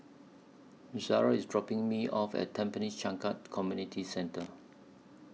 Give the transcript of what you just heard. Zariah IS dropping Me off At Tampines Changkat Community Centre